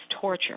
torture